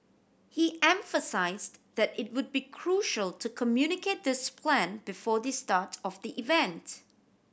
he emphasised that it would be crucial to communicate this plan before the start of the event